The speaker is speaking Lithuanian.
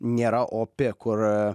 nėra opi kur